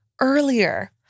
earlier